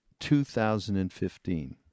2015